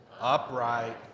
upright